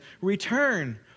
Return